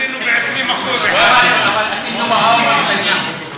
עלינו ב-20% אבל אתם לא, נתניהו.